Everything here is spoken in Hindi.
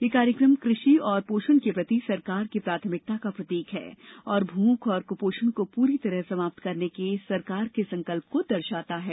यह कार्यक्रम कृषि और पोषण के प्रति सरकार की प्राथमिकता का प्रतीक है और भूख और कुपोषण को पूरी तरह समाप्त करने के सरकार के संकल्प को दर्शाता है